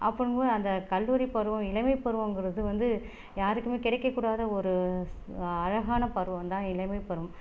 அப்போங்க போது அந்த கல்லூரி பருவம் இளமை பருவங்கிறது வந்து யாருக்குமே கிடைக்க கூடாத ஒரு அழகான பருவம் தான் இளமை பருவம்